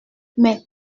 mais